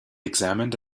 examined